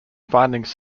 findings